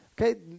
okay